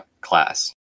class